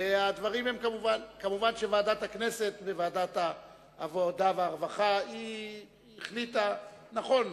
ומובן שוועדת הכנסת וועדת העבודה והרווחה החליטו נכון,